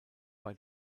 bei